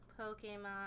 Pokemon